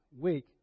week